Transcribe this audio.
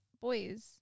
boys